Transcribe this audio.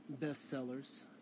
bestsellers